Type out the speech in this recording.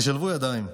ישלבו ידיים,